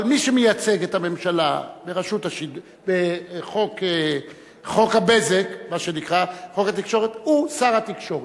אבל מי שמייצג את הממשלה בחוק התקשורת הוא שר התקשורת.